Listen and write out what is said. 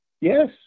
Yes